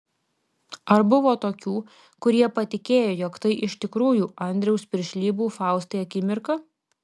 ar buvo tokių kurie patikėjo jog tai iš tikrųjų andriaus piršlybų faustai akimirka